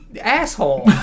asshole